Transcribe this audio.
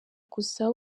gusa